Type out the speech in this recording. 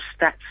stats